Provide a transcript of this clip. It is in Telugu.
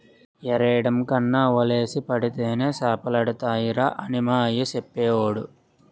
ఎరెయ్యడం కన్నా వలేసి పడితేనే సేపలడతాయిరా అని మా అయ్య సెప్పేవోడు